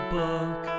book